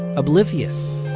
oblivious.